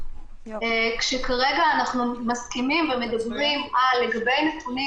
כשכרגע אנחנו מסכימים ומדברים שלגבי נתונים